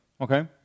Okay